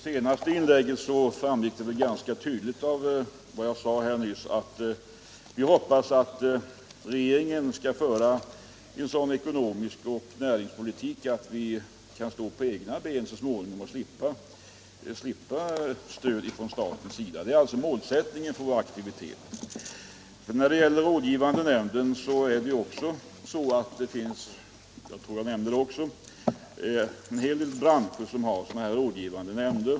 Herr talman! Det framgick väl ganska tydligt av vad jag nyss sade att vi hoppas att regeringen skall föra en sådan ekonomisk politik och framför allt en sådan näringspolitik att vi kan stå på egna ben så småningom och slippa stöd från staten. Det är alltså målsättningen för våra aktiviteter. Jag konstaterade i mitt tidigare inlägg att det finns en hel del branscher som har rådgivande nämnder.